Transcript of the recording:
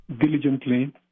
diligently